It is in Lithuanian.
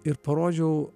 ir parodžiau